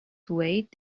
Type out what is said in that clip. weight